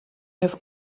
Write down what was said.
have